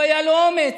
והיה לו אומץ,